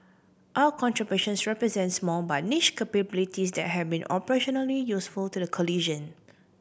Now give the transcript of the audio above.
our contributions represent small but niche capabilities that have been operationally useful to the coalition